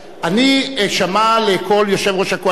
אני אשמע לקול יושב-ראש הקואליציה,